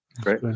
great